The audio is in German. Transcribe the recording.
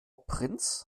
prince